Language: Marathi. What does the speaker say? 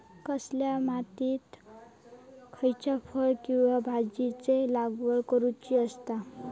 कसल्या मातीयेत खयच्या फळ किंवा भाजीयेंची लागवड करुची असता?